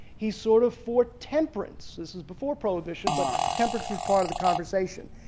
he's sort of for temperance, this is before prohibition but temperance is part of the conversation.